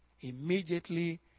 Immediately